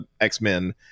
x-men